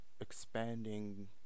expanding